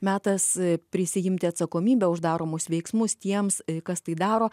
metas prisiimti atsakomybę už daromus veiksmus tiems kas tai daro